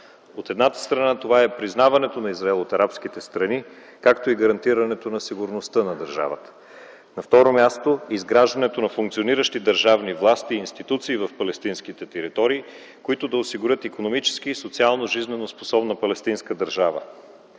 От едната страна, това е признаването на Израел от арабските страни, както и гарантирането на сигурността на държавата. На второ място, изграждането на функциониращи държавни власти и институции в палестинските територии, които да осигурят икономически и социално жизненоспособна палестинска държава.